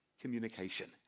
communication